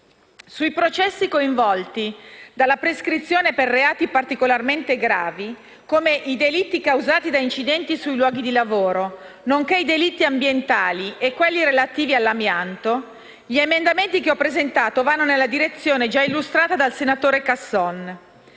Sui processi coinvolti dalla prescrizione per reati particolarmente gravi, come i delitti causati da incidenti sui luoghi di lavoro, nonché i delitti ambientali e quelli relativi all'amianto, gli emendamenti che ho presentato vanno nella direzione già illustrata dal senatore Casson.